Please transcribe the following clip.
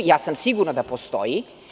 Ja sam sigurna da postoji.